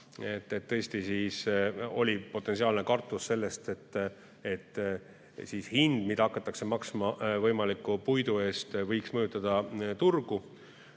Tõesti oli potentsiaalne kartus see, et hind, mida hakatakse maksma võimaliku puidu eest, võiks mõjutada turgu.